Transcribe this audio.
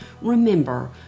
Remember